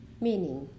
Meaning